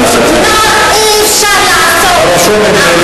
חברי הכנסת,